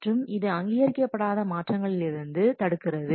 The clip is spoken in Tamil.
மற்றும் அது அங்கீகரிக்கப்படாத மாற்றங்களில் இருந்து தடுக்கிறது